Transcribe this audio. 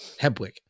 Hebwick